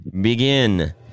Begin